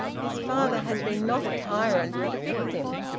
his father had been not a tyrant, but a victim.